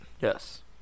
Yes